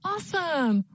Awesome